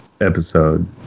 episode